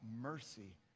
mercy